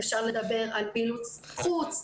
אפשר לדבר על פעילות חוץ,